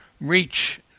reach